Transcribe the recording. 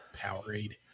Powerade